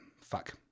Fuck